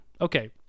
Okay